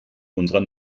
unserer